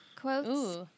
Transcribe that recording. quotes